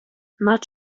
nāc